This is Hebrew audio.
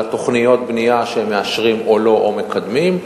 על תוכניות הבנייה שמאשרים או לא, או מקדמים,